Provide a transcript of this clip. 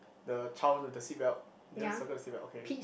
the child with the seat belt did you circle the seat belt okay